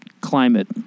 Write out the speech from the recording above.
climate